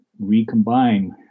recombine